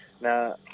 Now